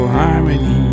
harmony